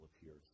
appears